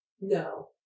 No